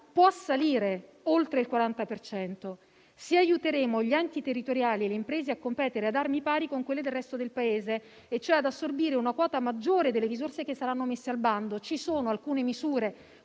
può salire oltre il 40 per cento, se aiuteremo gli enti territoriali e le imprese a competere ad armi pari con quelle del resto del Paese, e cioè ad assorbire una quota maggiore delle risorse che saranno messe al bando. Ci sono alcune misure,